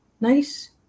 nice